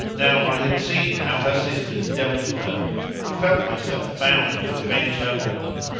now i had seen how her sisters dealt with her and felt myself bound to avenge her on them.